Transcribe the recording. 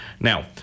Now